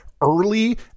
early